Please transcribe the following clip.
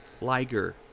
Liger